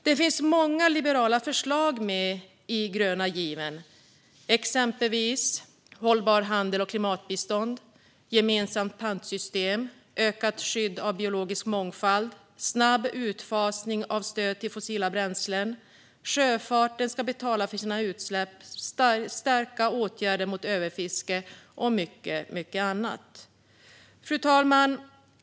Det finns många liberala förslag med i den gröna given: hållbar handel och klimatbistånd, ett gemensamt pantsystem, ökat skydd av biologisk mångfald, snabb utfasning av stöd till fossila bränslen, att sjöfarten ska betala för sina utsläpp, starka åtgärder mot överfiske och mycket annat. Fru talman!